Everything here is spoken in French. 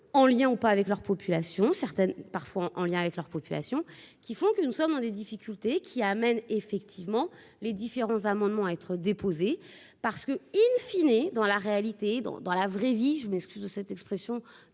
en lien ou pas, avec leur population certaines parfois en lien avec leur population qui font que nous sommes dans des difficultés qui amène effectivement les différents amendements être déposée parce que, in fine, et dans la réalité dans dans la vraie vie, je m'excuse de cette expression,